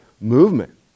movement